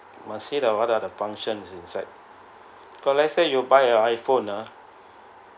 must see what are the functions you see is like because let's say you buy a I_phone ah